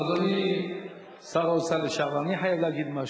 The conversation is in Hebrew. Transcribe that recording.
אדוני שר האוצר לשעבר, אני חייב להגיד משהו.